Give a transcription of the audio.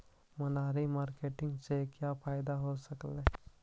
मनरी मारकेटिग से क्या फायदा हो सकेली?